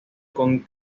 con